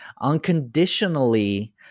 unconditionally